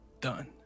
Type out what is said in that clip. Done